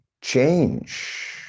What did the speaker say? change